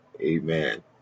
Amen